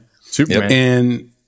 Superman